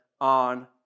on